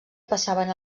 passaven